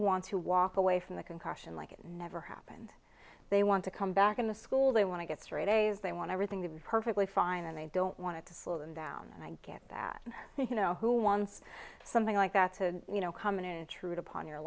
want to walk away from the concussion like it never happened they want to come back into school they want to get straight a's they want everything to be perfectly fine and they don't want to slow them down and i get that you know who wants something like that to you know come in intrude upon your